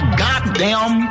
goddamn